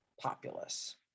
populace